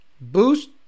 boost